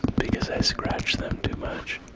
because i scratch them too much.